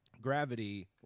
Gravity